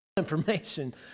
information